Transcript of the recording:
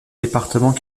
départements